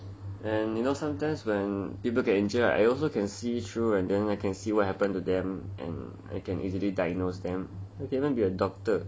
and you know sometimes when people are injured ah I also can see through and I can see what happened to them and I can easily diagnose them I can even be a doctor